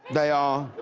they are